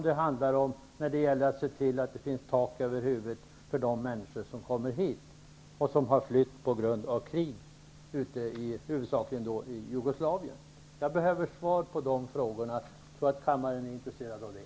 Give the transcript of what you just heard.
Det gäller också att se till att det finns tak över huvudet för de människor som kommer hit och som har flytt på grund av krig, huvudsakligen från Jag behöver svar på dessa frågor. Jag tror att kammaren är intresserad av det.